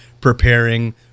preparing